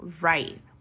right